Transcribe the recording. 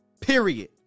Period